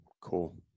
Cool